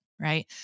right